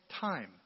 time